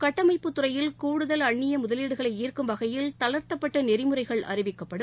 கட்டமைப்பு துறையில் கூடுதல் அந்நிய முதலீடுகளை ஈர்க்கும் வகையில் தளர்த்தப்பட்ட நெறிமுறைகள் அறிவிக்கப்படும்